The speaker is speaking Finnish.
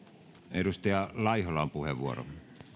edustaja laiholla on puheenvuoro